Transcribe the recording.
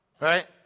Right